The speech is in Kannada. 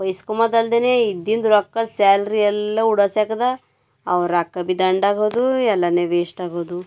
ಬೈಸ್ಕೊಮದಲ್ದೆ ಇದ್ದಿಂದು ರೊಕ್ಕ ಸ್ಯಾಲ್ರಿ ಎಲ್ಲ ಉಡಾಯ್ಸ್ಯಕದ ಅವು ರೊಕ್ಕ ಬಿ ದಂಡಾಗೋದವು ಎಲ್ಲ ವೇಸ್ಟಾಗೋದವು